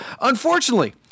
unfortunately